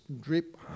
drip